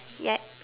ya